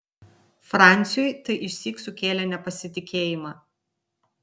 franciui tai išsyk sukėlė nepasitikėjimą